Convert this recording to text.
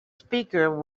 speaker